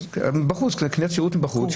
קניית שירות מבחוץ.